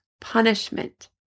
punishment